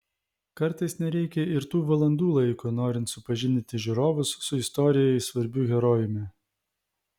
kartais nereikia ir tų valandų laiko norint supažindinti žiūrovus su istorijai svarbiu herojumi